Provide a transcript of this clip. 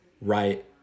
right